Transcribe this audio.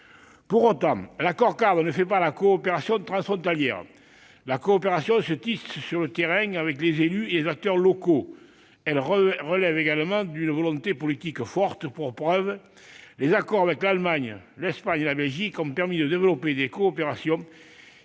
Pour autant, l'accord-cadre ne fait pas la coopération transfrontalière ; celle-ci se tisse sur le terrain avec les élus et les acteurs locaux et elle relève d'une volonté politique forte. Ainsi, les accords avec l'Allemagne, l'Espagne et la Belgique ont permis de développer des coopérations